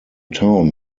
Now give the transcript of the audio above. town